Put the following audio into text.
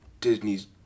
disney's